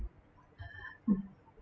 mm